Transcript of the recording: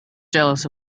jealous